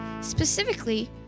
Specifically